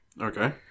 Okay